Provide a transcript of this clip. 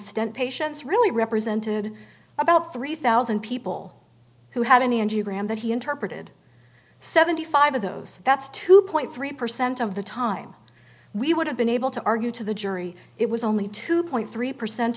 stent patients really represented about three thousand people who had any angiogram that he interpreted seventy five of those that's two three percent of the time we would have been able to argue to the jury it was only two three percent